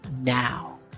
now